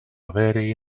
very